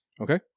Okay